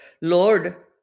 Lord